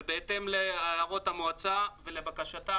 ובהתאם להערות המועצה ולבקשתה,